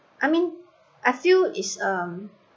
I mean I feel is um